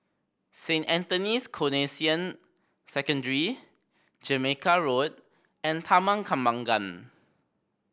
Saint Anthony's Canossian Secondary Jamaica Road and Taman Kembangan